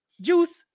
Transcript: juice